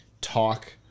talk